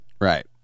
Right